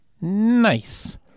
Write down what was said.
Nice